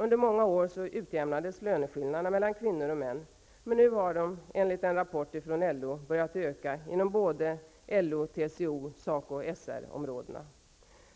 Under många år utjämnades löneskillnaderna mellan könen, men nu har de enligt en rapport från LO börjat öka igen inom både LO-, TCO och SACO/SR-områdena.